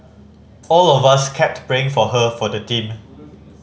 all of us kept praying for her for the team